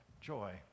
joy